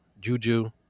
Juju